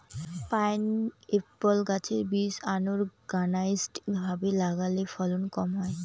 pineapple গাছের বীজ unorganised ভাবে লাগালে ফলন কম হয়